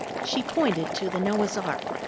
she pointed to the noah's ark,